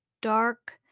dark